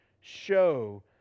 show